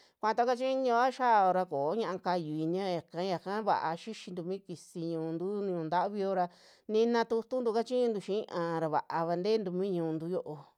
Kuaatuo kachiñuao xiaora ko'o ñia'a kayu iniya yak- yaka va'a xixintu mi kisi ñu'untu ñu'u ntavi yoo ra nina tutu tu kachiñuntu xiaa ra vaava ntentu mi ñu'untu yo'o.